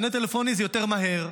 מענה טלפוני זה יותר מהר,